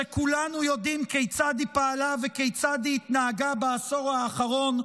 שכולנו יודעים כיצד היא פעלה וכיצד היא התנהגה בעשור האחרון,